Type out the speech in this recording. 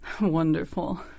Wonderful